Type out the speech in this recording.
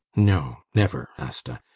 no, never, asta.